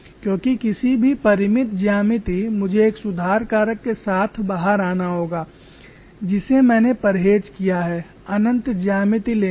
क्योंकि किसी भी परिमित ज्यामिति मुझे एक सुधार कारक के साथ बाहर आना होगा जिसे मैंने परहेज किया है अनंत ज्यामिति लेने से